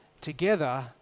together